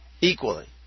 equally